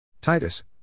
Titus